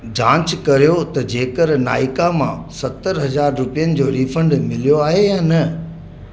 जांच कर्यो त जेकर नाइका मां सतरि हज़ार रुपियनि जो रीफंड मिलियो आहे या न